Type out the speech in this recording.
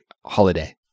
holiday